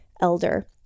elder